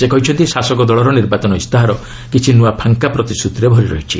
ସେ କହିଛନ୍ତି ଶାସକ ଦଳର ନିର୍ବାଚନ ଇସ୍ତାହାର କିଛି ନୂଆ ଫାଙ୍କା ପ୍ରତିଶ୍ରତିରେ ଭରି ରହିଛି